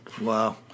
Wow